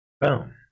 Boom